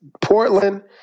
Portland